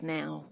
now